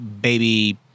baby